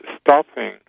stopping